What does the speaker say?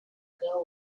ago